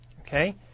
okay